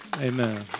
Amen